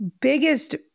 biggest